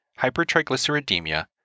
hypertriglyceridemia